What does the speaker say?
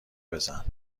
بزن